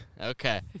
Okay